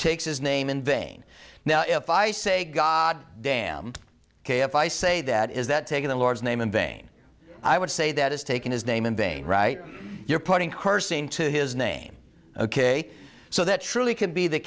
takes his name in vain now if i say god damned if i say that is that taking the lord's name in vain i would say that is taking his name in vain right you're putting cursing to his name ok so that truly could be the